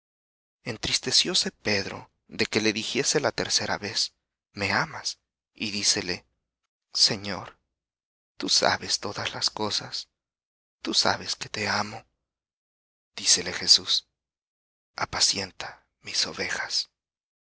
amas entristecióse pedro de que le dijese la tercera vez me amas y dícele señor tú sabes todas las cosas tú sabes que te amo dícele jesús apacienta mis ovejas